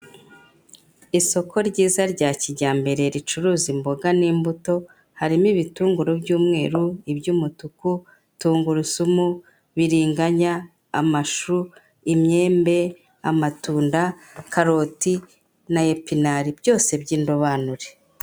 Isoko ryiza rya kijyambere, ricuruza imboga n'imbuto, harimo ibitunguru by'umweru, iby'umutuku, tungurusumu, biringanya, amashu, imyembe, amatunda, karoti na epinari, byose by'indobanure.